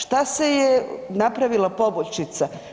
Šta se je napravila poboljšica?